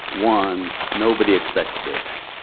won. nobody expected this.